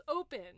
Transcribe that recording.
Open